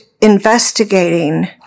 investigating